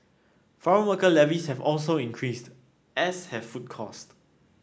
foreign worker levies have also increased as have food cost